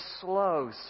slow